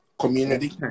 community